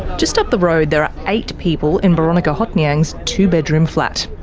just up the road, there are eight people in boronika hothnyang's two-bedroom flat.